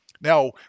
Now